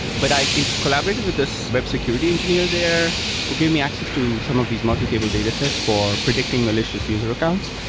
but i collaborated with this web security engineer there who gave me access to some of these multi-table datasets for predicting malicious user accounts,